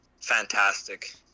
fantastic